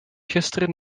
gisteren